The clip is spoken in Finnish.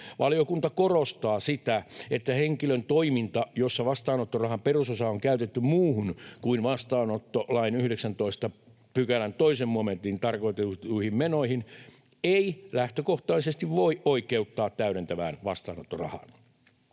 valiokunta korostaa sitä, että henkilön toiminta, jossa vastaanottorahan perusosaa on käytetty muuhun kuin vastaanottolain 19 §:n 2 momentissa tarkoitettuihin menoihin, ei lähtökohtaisesti voi oikeuttaa täydentävään vastaanottorahaan.